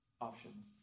options